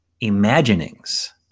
imaginings